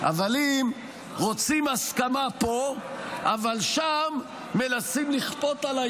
אבל אם רוצים הסכמה פה אבל שם מנסים לכפות עליי